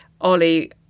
Ollie